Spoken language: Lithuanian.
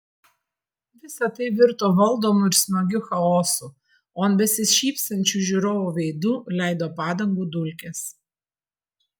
visa tai virto valdomu ir smagiu chaosu o ant besišypsančių žiūrovų veidų leido padangų dulkes